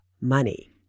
money